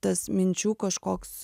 tas minčių kažkoks